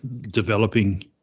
developing